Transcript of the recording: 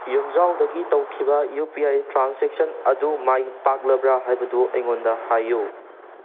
ꯌꯨꯝꯖꯥꯎꯗꯒꯤ ꯇꯧꯈꯤꯕ U P I transaction ꯑꯗꯨ ꯃꯥꯏ ꯄꯥꯛꯂꯕ꯭ꯔꯥ ꯍꯥꯏꯕꯗꯨ ꯑꯩꯉꯣꯟꯗ ꯍꯥꯏꯌꯨ